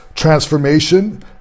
transformation